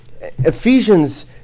Ephesians